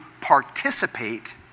participate